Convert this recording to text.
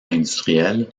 industriel